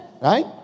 right